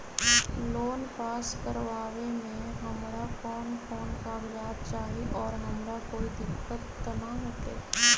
Loan pass करवावे में हमरा कौन कौन कागजात चाही और हमरा कोई दिक्कत त ना होतई?